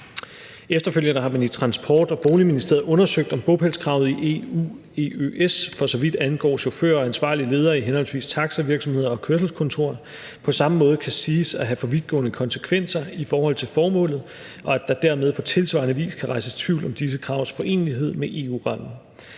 Efterfølgende har man i Transport- og Boligministeriet undersøgt, om bopælskravet i EU/EØS, for så vidt angår chauffører og ansvarlig leder i henholdsvis taxavirksomheder og kørselskontor, på samme måde kan siges at have for vidtgående konsekvenser i forhold til formålet, og at der dermed på tilsvarende vis kan rejses tvivl om disse kravs forenelighed med EU-retten.